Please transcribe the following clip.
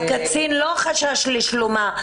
הקצין לא חשש לשלומה.